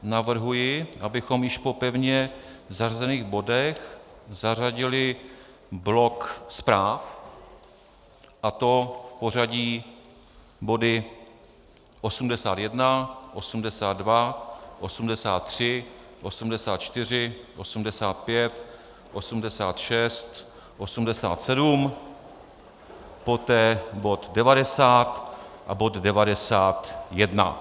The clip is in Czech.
Navrhuji, abychom po již pevně zařazených bodech zařadili blok zpráv, a to v pořadí body 81, 82, 83, 84, 85, 86, 87, poté bod 90 a bod 91.